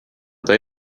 they